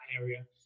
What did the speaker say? area